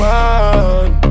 one